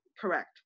correct